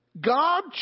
God